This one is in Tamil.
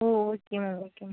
O okay ma'am okay ma'am